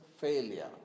failure